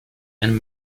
and